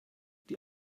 die